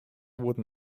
wurden